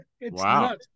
Wow